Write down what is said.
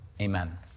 Amen